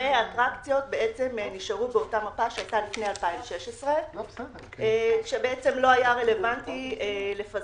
אטרקציות נשארו בעצם באותה מפה שהיתה לפני 2016. בעצם לא היה רלוונטי לפזר